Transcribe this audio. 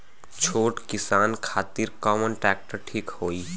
छोट किसान खातिर कवन ट्रेक्टर ठीक होई?